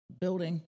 building